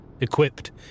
equipped